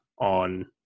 on